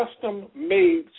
custom-made